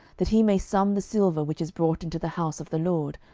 that he may sum the silver which is brought into the house of the lord,